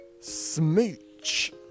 smooch